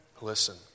Listen